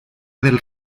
del